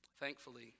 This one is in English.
Thankfully